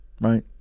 right